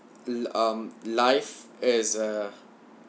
um life is a